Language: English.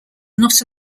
not